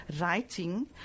writing